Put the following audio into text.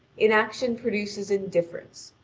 inaction produces indifference.